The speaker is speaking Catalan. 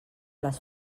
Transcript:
las